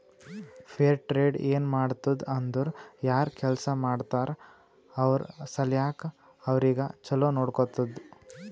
fair trade ಏನ್ ಮಾಡ್ತುದ್ ಅಂದುರ್ ಯಾರ್ ಕೆಲ್ಸಾ ಮಾಡ್ತಾರ ಅವ್ರ ಸಲ್ಯಾಕ್ ಅವ್ರಿಗ ಛಲೋ ನೊಡ್ಕೊತ್ತುದ್